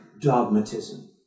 dogmatism